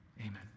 Amen